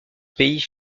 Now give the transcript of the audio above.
pays